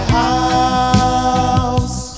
house